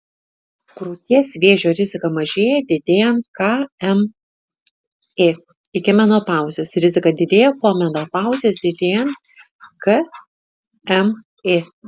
krūties vėžio rizika mažėja didėjant kmi iki menopauzės rizika didėja po menopauzės didėjant kmi